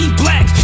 black